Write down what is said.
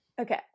Okay